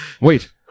Wait